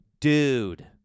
Dude